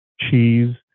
cheese